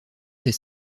des